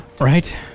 Right